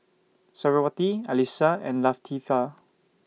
Suriawati Alyssa and Latifa